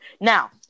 Now